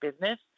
business